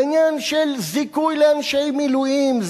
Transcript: בעניין של זיכוי לאנשי מילואים,